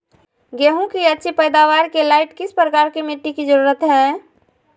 गेंहू की अच्छी पैदाबार के लाइट किस प्रकार की मिटटी की जरुरत है?